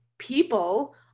people